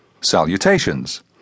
salutations